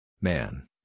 Man